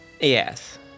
Yes